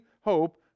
hope